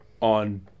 on